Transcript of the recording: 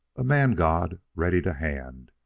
a man-god ready to hand,